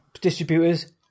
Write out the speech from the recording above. distributors